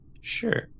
Sure